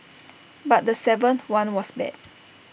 but the seventh one was bad